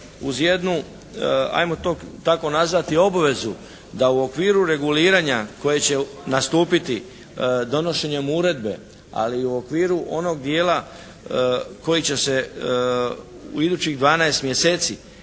uz jednu hajmo to tako nazvati obvezu da u okviru reguliranja koje će nastupiti donošenjem uredbe ali i u okviru onog dijela koji će se u idućih 12 mjeseci